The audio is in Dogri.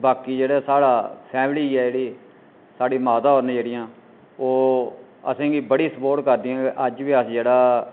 बाकी जेह्ड़े साढ़ी फैमिली ऐ जेह्ड़ी साढ़ी माता होर न जेहड़ियां ओह् असें गी बड़ी सपोर्ट करदियां कि अज्ज बी अस जेह्ड़ा